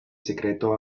secreto